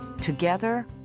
Together